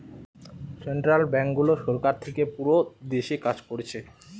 central ব্যাংকগুলো সরকার থিকে পুরো দেশে কাজ কোরছে